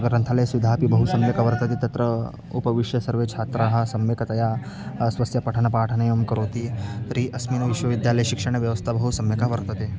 अ ग्रन्थालय सुविधा बहु सम्यक् वर्तते तत्र उपविश्य सर्वे छात्राः सम्यकतया स्वस्य पठनपाठनं करोति तर्हि अस्मिन् विश्वविद्यालये शिक्षणव्यवस्था बहु सम्यक् वर्तते